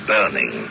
Burning